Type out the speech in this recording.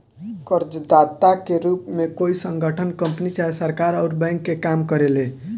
कर्जदाता के रूप में कोई संगठन, कंपनी चाहे सरकार अउर बैंक के काम करेले